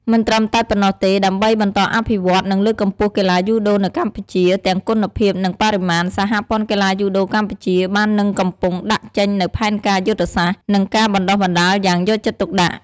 មិនត្រឹមតែប៉ុណ្ណោះទេ ដើម្បីបន្តអភិវឌ្ឍ និងលើកកម្ពស់កីឡាយូដូនៅកម្ពុជា ទាំងគុណភាព និងបរិមាណ សហព័ន្ធកីឡាយូដូកម្ពុជាបាននិងកំពុងដាក់ចេញនូវផែនការយុទ្ធសាស្ត្រ និងការបណ្តុះបណ្តាលយ៉ាងយកចិត្តទុកដាក់ ។